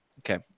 Okay